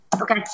Okay